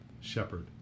Shepherd